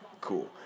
cool